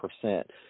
percent